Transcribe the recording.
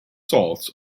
salts